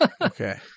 Okay